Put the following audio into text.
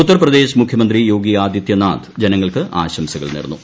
ഉത്തർപ്രദേശ് മുഖ്യമന്ത്രി യോഗി ആദിത്യനാഥ് ജനങ്ങൾക്ക് ആശംസകൾ നേർന്നു